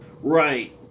Right